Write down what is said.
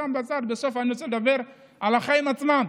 בסוף אני רוצה לדבר על החיים עצמם.